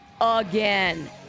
again